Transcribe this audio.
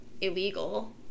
illegal